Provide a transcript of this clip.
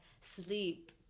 sleep